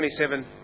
27